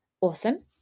Awesome